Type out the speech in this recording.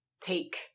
take